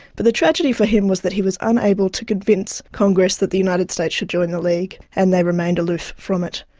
but the tragedy for him was he was unable to convince congress that the united states should join the league, and they remained aloof from it.